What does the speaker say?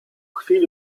chwili